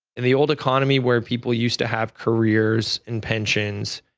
in the old economy where people used to have careers and pensions,